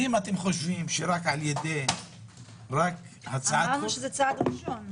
אם אתם חושבים שרק על ידי הצעת חוק --- אמרנו שזה צעד ראשון.